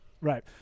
Right